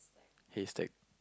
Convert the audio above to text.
haystack